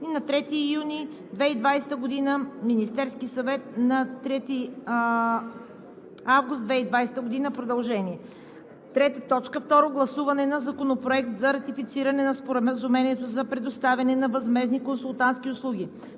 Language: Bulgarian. на 3 юни 2020 г.; Министерския съвет на 3 август 2020 г.) – продължение. 3. Второ гласуване на Законопроекта за ратифициране на Споразумението за предоставяне на възмездни консултантски услуги